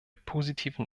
positiven